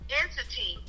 entity